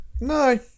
no